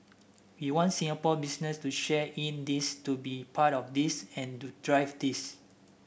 we want Singapore business to share in this to be part of this and to drive this